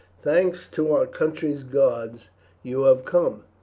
thanks to our country's gods you have come!